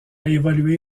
évolué